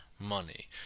money